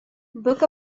book